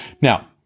Now